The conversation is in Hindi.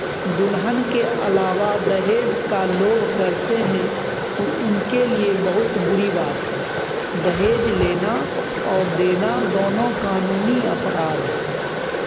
दुल्हन के अलावा दहेज का लोभ करते हैं तो उनके लिए बहुत बुरी बात है दहेज लेना और देना दोनों कानूनी अपराध है